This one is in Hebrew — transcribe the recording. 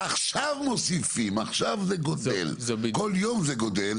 עכשיו מוסיפים, עכשיו זה גודל, כל יום זה גודל.